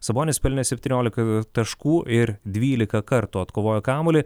sabonis pelnė septyniolika taškų ir dvylika kartų atkovojo kamuolį